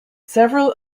several